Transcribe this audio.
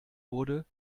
wurde